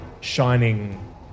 shining